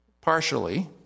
Partially